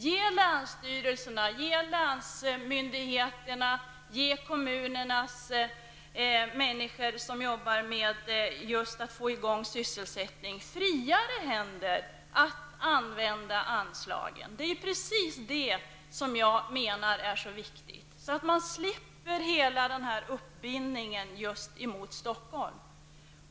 Ge länsstyrelserna, länsmyndigheterna och de människor som i kommunerna arbetar med att få i gång sysselsättning friare händer att använda anslagen! Det är precis det som jag menar är så viktigt, så att man slipper hela denna uppbindning till Stockholm.